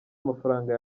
mafaranga